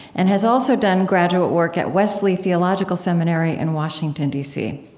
and has also done graduate work at wesley theological seminary in washington, d c.